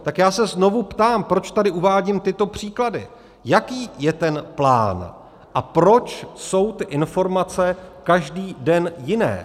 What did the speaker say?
Tak já se znovu ptám proč tady uvádím tyto příklady jaký je ten plán a proč jsou ty informace každý den jiné?